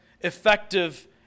effective